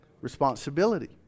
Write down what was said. Responsibility